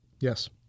Yes